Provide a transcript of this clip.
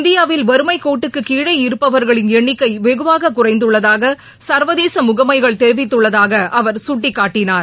இந்தியாவில் வறுமை கோட்டுக்கு கீழே இருப்பவர்களின் எண்ணிக்கை வெகுவாக் குறைந்துள்ளதாக சா்வதேச முகமைகள் தெரிவித்துள்ளதாக அவர் சுட்டிக்காட்டினார்